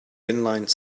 inline